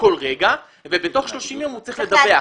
כל רגע ובתוך 30 ימים הוא צריך לדווח.